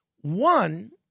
One